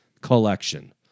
collection